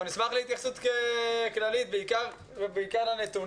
נשמח להתייחסות כללית ובעיקר לנתונים.